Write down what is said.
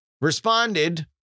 responded